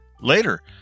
Later